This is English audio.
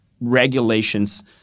regulations